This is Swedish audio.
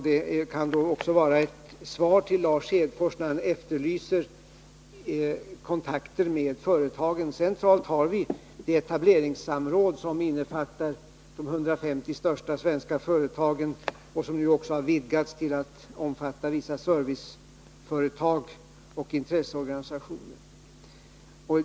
Då Lars Hedfors efterlyser kontakter med företagen kan jag nämna att vi centralt har etableringssamråd, som innefattar de 150 största företagen och som nu också vidgats till att omfatta vissa serviceföretag och intresseorganisationer.